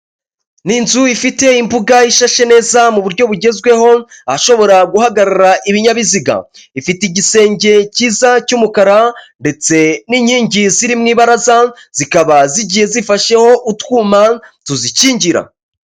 Ni inzu ifite imbuga ishashe neza mu buryo bugezweho ahashobora guhagarara ibinyabiziga, ifite igisenge cy'umukara ndetse n'inkingi zirimo ibaraza zikaba zigiye zifasheho utwuma tuzikingira.